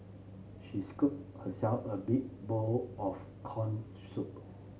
she scooped herself a big bowl of corn soup